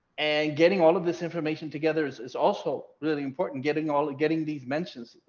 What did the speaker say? and getting all of this information together is is also really important. getting all getting these mentions,